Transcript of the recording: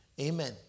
Amen